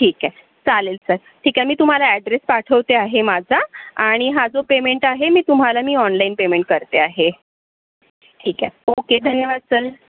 ठीक आहे चालेल सर ठीक आहे मी तुम्हाला ॲड्रेस पाठवते आहे माझा आणि हा जो पेमेंट आहे मी तुम्हाला मी ऑनलाइन पेमेंट करते आहे ठीक आहे ओके धन्यवाद सर